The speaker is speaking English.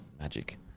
magic